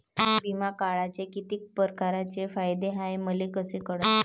बिमा काढाचे कितीक परकारचे फायदे हाय मले कस कळन?